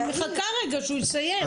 אבל אני מחכה רגע שהוא יסיים.